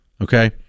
Okay